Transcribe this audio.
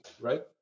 right